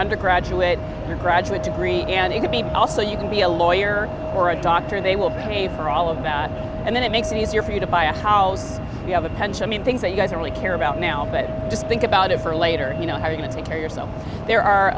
undergraduate or graduate degree and it could be also you can be a lawyer or a doctor they will pay for all of that and then it makes it easier for you to buy a house you have a pension mean things that you guys really care about now but just think about it for later you know how you take care of yourself there are